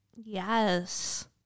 Yes